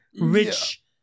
rich